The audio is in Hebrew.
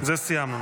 ולדימיר בליאק,